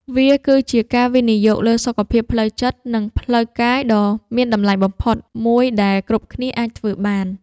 វាគឺជាការវិនិយោគលើសុខភាពផ្លូវចិត្ត និងផ្លូវកាយដ៏មានតម្លៃបំផុតមួយដែលគ្រប់គ្នាអាចធ្វើបាន។